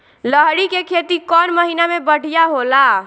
लहरी के खेती कौन महीना में बढ़िया होला?